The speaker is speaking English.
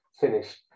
finished